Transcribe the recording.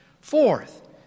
Fourth